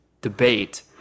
debate